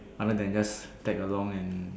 other than just tag along and